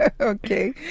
Okay